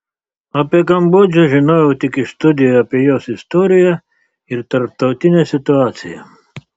apie kambodžą žinojau tik iš studijų apie jos istoriją ir tarptautinę situaciją